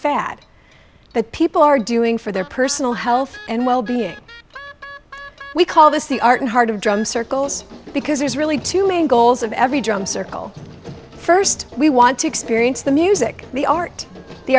fad that people are doing for their personal health and well being we call this the art heart of drum circles because there's really two main goals of every drum circle first we want to experience the music the art the